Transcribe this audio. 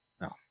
No